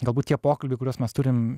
galbūt tie pokalbiai kuriuos mes turim